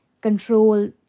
control